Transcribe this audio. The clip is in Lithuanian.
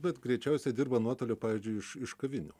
bet greičiausiai dirba nuotoliu pavyzdžiui iš kavinių